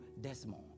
Desmond